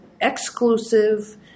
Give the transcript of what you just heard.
exclusive